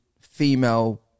female